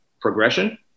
progression